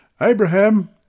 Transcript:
Abraham